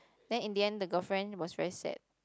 then in the end the girlfriend was very sad